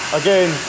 again